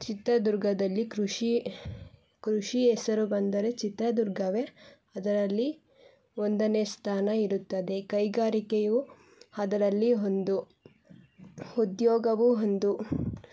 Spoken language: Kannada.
ಚಿತ್ರದುರ್ಗದಲ್ಲಿ ಕೃಷಿ ಕೃಷಿ ಹೆಸರು ಬಂದರೆ ಚಿತ್ರದುರ್ಗವೇ ಅದರಲ್ಲಿ ಒಂದನೇ ಸ್ಥಾನ ಇರುತ್ತದೆ ಕೈಗಾರಿಕೆಯು ಅದರಲ್ಲಿ ಒಂದು ಉದ್ಯೋಗವೂ ಒಂದು